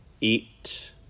eat